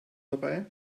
dabei